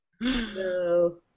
No